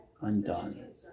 undone